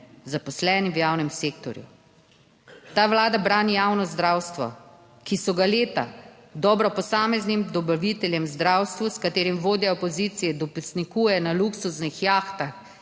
zaposlenim v javnem sektorju. Ta vlada brani javno zdravstvo, ki so ga leta dobro posameznim dobaviteljem v zdravstvu. s katerim vodja opozicije dopisnikuje na luksuznih jahtah